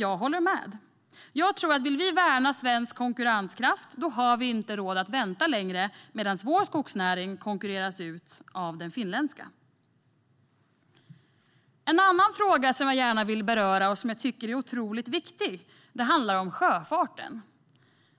Jag håller med. Jag tror att om vi vill värna svensk konkurrenskraft har vi inte råd att vänta längre medan vår skogsnäring konkurreras ut av den finländska. En annan fråga jag gärna vill beröra och som är otroligt viktig är sjöfarten.